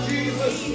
Jesus